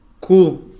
Cool